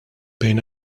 bejn